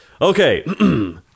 Okay